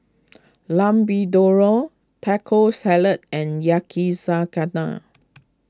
Lamb Vindaloo Taco Salad and Yakizakana